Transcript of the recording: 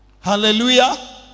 Hallelujah